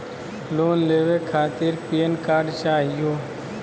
Loan लेवे खातीर PAN card चाहियो?